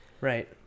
Right